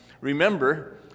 remember